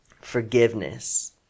forgiveness